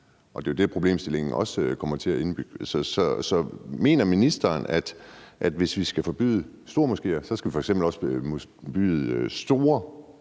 det er det, problemstillingen også kommer til at være. Så mener ministeren, at hvis vi skal forbyde stormoskéer, skal vi f.eks. også forbyde store